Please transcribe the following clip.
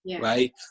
right